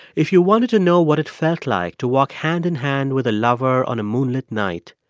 if you wanted to know what it felt like to walk hand in hand with a lover on a moonlit night,